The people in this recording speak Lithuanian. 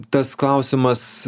tas klausimas